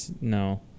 no